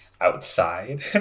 outside